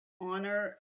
honor